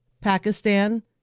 Pakistan